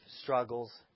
struggles